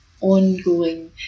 ongoing